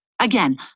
Again